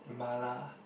mala